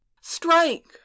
strike